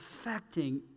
affecting